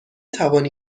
توانی